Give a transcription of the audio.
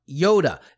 Yoda